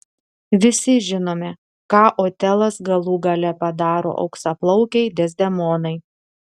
visi žinome ką otelas galų gale padaro auksaplaukei dezdemonai